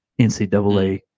NCAA